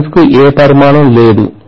turns కు ఏ పరిమాణం లేదు